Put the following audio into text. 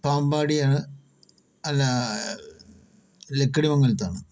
പാമ്പാടിയാണ് അല്ല ലക്കിടി മങ്ങലത്താണ്